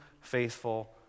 faithful